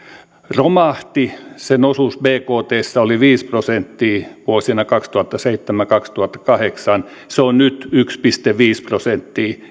romahti sen osuus bktstä oli viisi prosenttia vuosina kaksituhattaseitsemän viiva kaksituhattakahdeksan ja se on nyt yksi pilkku viisi prosenttia